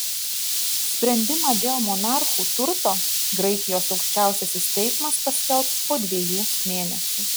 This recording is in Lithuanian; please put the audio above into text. sprendimą dėl monarchų turto graikijos aukščiausiasis teismas paskelbs po dviejų mėnesių